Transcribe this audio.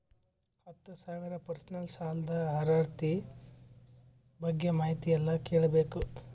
ಹತ್ತು ಸಾವಿರ ಪರ್ಸನಲ್ ಸಾಲದ ಅರ್ಹತಿ ಬಗ್ಗೆ ಮಾಹಿತಿ ಎಲ್ಲ ಕೇಳಬೇಕು?